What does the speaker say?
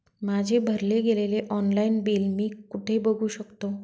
माझे भरले गेलेले ऑनलाईन बिल मी कुठे बघू शकतो?